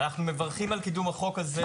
הפער הזה,